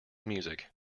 music